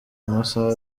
amasaha